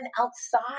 outside